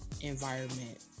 environment